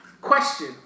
question